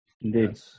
Indeed